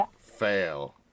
fail